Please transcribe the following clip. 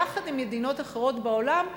יחד עם מדינות אחרות בעולם,